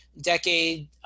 decade